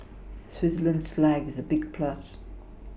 Switzerland's flag is a big plus